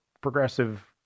progressive